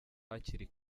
hakiri